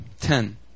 Ten